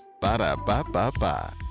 Ba-da-ba-ba-ba